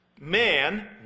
man